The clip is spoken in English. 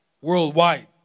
worldwide